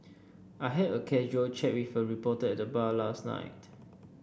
I had a casual chat with a reporter at the bar last night